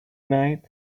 night